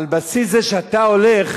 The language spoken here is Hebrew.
על בסיס זה שאתה הולך,